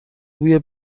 بوی